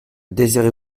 désirez